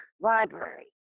Library